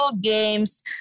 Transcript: games